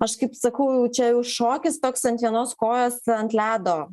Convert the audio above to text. aš kaip sakau čia jau šokis toks ant vienos kojos ant ledo